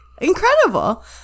incredible